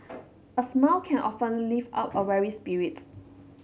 a smile can often lift up a weary spirit